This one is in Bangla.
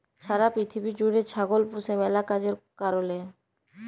ছারা পিথিবী জ্যুইড়ে ছাগল পুষে ম্যালা কাজের কারলে